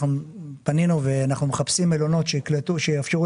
אנחנו פנינו ואנחנו מחפשים מלונות שיאפשרו